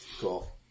Cool